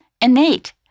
Innate